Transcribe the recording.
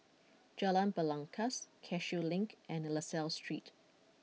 Jalan Belangkas Cashew Link and La Salle Street